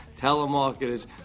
telemarketers